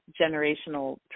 generational